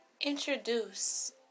Introduce